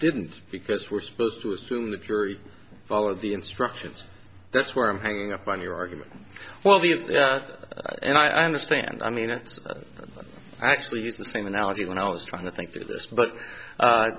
didn't because we're supposed to assume the jury followed the instructions that's where i'm hanging up on your argument well the yeah and i understand i mean it's actually used the same analogy when i was trying to think t